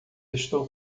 estou